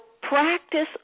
Practice